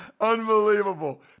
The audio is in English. Unbelievable